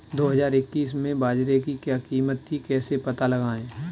दो हज़ार इक्कीस में बाजरे की क्या कीमत थी कैसे पता लगाएँ?